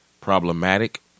problematic